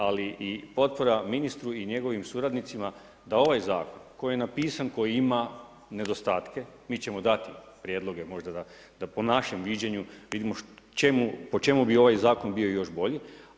Ali i potpora ministru i njegovim suradnicima da ovaj zakon koji je napisan, koji ima nedostatke mi ćemo dati prijedloge možda da po našem viđenju vidimo čemu, po čemu bi ovaj zakon bio još bolji.